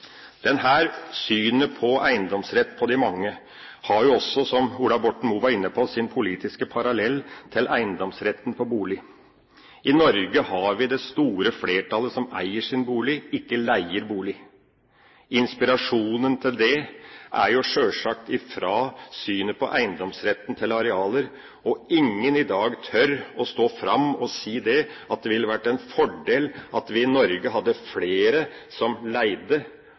den norske tradisjonen. Dette synet på eiendomsrett for de mange har også – som Ola Borten Moe var inne på – sin politiske parallell til eiendomsretten på bolig. I Norge er det et stort flertall som eier sin bolig, ikke leier bolig. Inspirasjonen til det kommer sjølsagt fra synet på eiendomsretten til arealer, og ingen tør i dag å stå fram og si at det ville vært en fordel at vi i Norge hadde flere som leide,